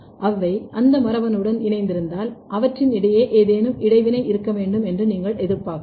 அவை அந்த மரபணுவுடன் இணைந்திருந்தால் அவற்றின் இடையே ஏதேனும் இடைவினை இருக்க வேண்டும் என்று நீங்கள் எதிர்பார்க்கலாம்